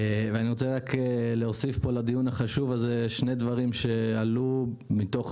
ואני רוצה רק להוסיף פה לדיון החשוב הזה שני דברים שעלו מתוך